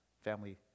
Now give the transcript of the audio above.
family